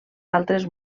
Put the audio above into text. altres